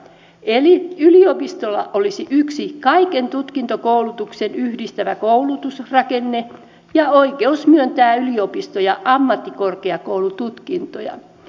eli yliopistolla olisi yksi kaiken tutkintokoulutuksen yhdistävä koulutusrakenne ja oikeus myöntää yliopisto ja ammattikorkeakoulututkintoja